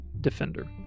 Defender